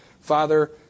Father